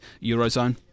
Eurozone